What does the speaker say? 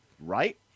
right